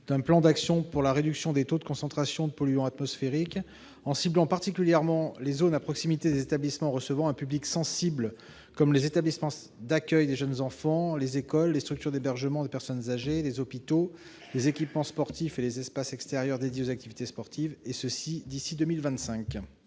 d'un plan d'action pour la réduction des taux de concentration de polluants atmosphériques en ciblant particulièrement les zones à proximité des établissements recevant un public sensible, comme les établissements d'accueil des jeunes enfants, les écoles, les structures d'hébergement des personnes âgées, les hôpitaux, les équipements sportifs et les espaces extérieurs dédiés aux activités sportives, et ce d'ici à 2025.